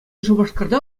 шупашкарта